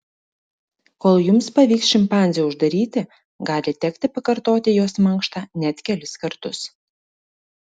kol jums pavyks šimpanzę uždaryti gali tekti pakartoti jos mankštą net kelis kartus